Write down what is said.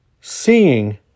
Seeing